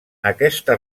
aquesta